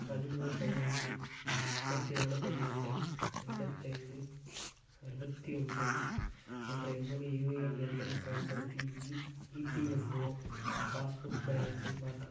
பதிமூணு பதினைந்து முப்பத்தி நாலு பதினொன்று எண்பத்தைந்து அறுபத்தி ஒம்பது என்ற என்னுடைய யுஏஎன் எண்ணைப் பயன்படுத்தி இ இபிஎஃப்ஓ பாஸ்புக் பேலன்ஸைப் பார்க்கவும்